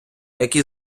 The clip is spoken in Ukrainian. які